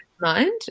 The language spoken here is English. mind